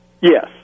Yes